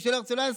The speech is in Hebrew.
ומי שלא ירצה,